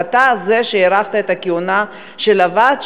ואתה זה שהאריך את הכהונה של הוועדה,